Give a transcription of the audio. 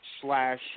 Slash